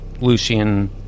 Lucian